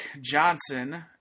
Johnson